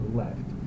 left